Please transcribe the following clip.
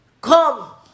Come